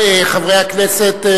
חברי הכנסת,